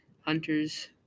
hunters